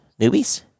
Newbies